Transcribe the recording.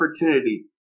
opportunity